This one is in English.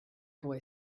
boy